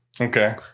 Okay